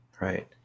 right